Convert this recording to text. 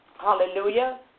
Hallelujah